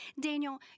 Daniel